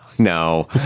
No